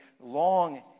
long